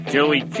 Joey